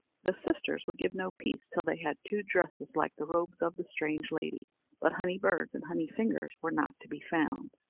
the sisters would give no peace till they had two dresses like the robes of the strange lady but honey-birds and honey-fingers were not to be found.